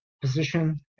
position